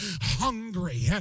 hungry